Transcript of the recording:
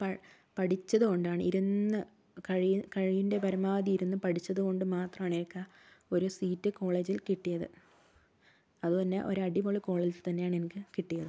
പഠിച്ചത് കൊണ്ടാണ് ഇരുന്ന് കഴിവ് കഴിവിന്റെ പരമാവധി ഇരുന്ന് പഠിച്ചത് കൊണ്ട് മാത്രമാണ് എനിക്ക് ആ ഒരു സീറ്റ് കോളേജിൽ കിട്ടിയത് അത് തന്നെ ഒരു അടിപൊളി കോളേജിൽ തന്നെയാണ് എനിക്ക് കിട്ടിയത്